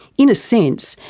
in a sense,